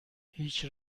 هیچ